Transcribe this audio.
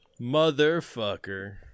Motherfucker